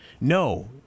no